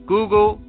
Google